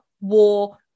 war